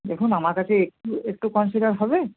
দেখুন আমার কাছে একটু একটু কনসিডার হবে